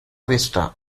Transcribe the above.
vista